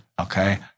okay